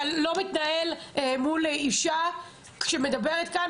אתה לא מתנהל מול אישה שמדברת כאן,